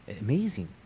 Amazing